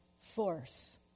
force